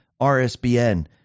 RSBN